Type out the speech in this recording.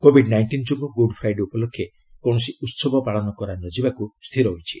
Covid nineteen ଯୋଗୁଁ Good Friday ଉପଲକ୍ଷେ କୌଣସି ଉତ୍ସବ ପାଳନ କରାନଯିବାକୁ ସ୍ଥିର ହୋଇଛି